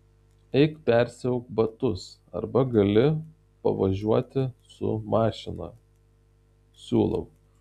eik persiauk batus arba gali pavažiuoti su mašina siūlau